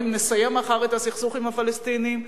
אם נסיים מחר את הסכסוך עם הפלסטינים.